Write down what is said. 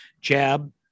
jab